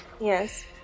Yes